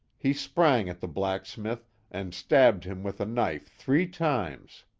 he sprang at the blacksmith and stabbed him with a knife three times.